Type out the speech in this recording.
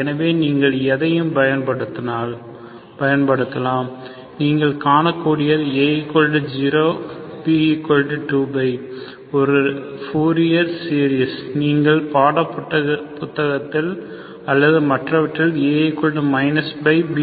எனவே நீங்கள் எதையும் பயன்படுத்தலாம் நீங்கள் காணக்கூடியது a 0 b 2π ஒரு ரெகுலர் பூரியர் சீரிஸ் நீங்கள் பாடப்புத்தகத்தில் அல்லது மற்றவற்றில் a π b